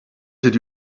did